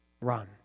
Run